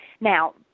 now